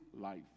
life